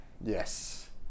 Yes